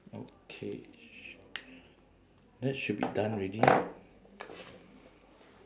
okay sh~ then should be done already ah